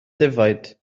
defaid